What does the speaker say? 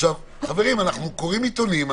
אנחנו קוראים עיתונים,